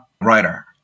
writer